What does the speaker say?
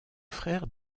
frère